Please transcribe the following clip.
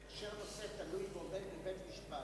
כאשר נושא תלוי ועומד בבית-משפט,